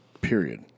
period